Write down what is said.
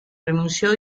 renunció